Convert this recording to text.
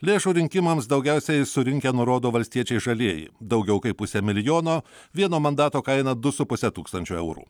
lėšų rinkimams daugiausiai surinkę nurodo valstiečiai žalieji daugiau kaip pusę milijono vieno mandato kaina du su puse tūkstančio eurų